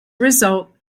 result